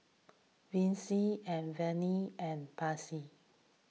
Vicy and Vernia and Marcie